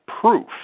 proof